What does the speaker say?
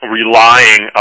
relying